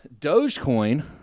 Dogecoin